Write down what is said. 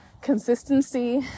Consistency